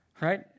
Right